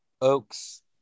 Oaks